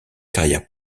carrière